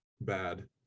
bad